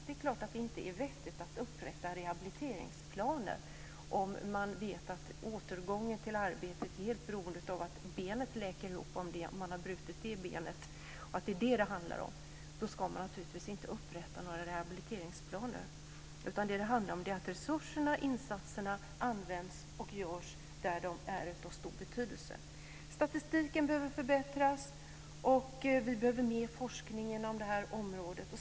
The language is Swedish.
Det är klart att det inte är vettigt att upprätta rehabiliteringsplaner om man vet att återgången till arbetet är helt beroende av att benet läker ihop om man har brutit benet - då ska man naturligtvis inte upprätta några rehabiliteringsplaner. Det handlar om att resurserna används och insatserna görs där de är av stor betydelse. Statistiken behöver förbättras, och vi behöver mer forskning inom det här området.